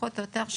פחות או יותר,